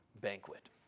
banquet